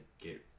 get